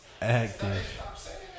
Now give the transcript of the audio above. Active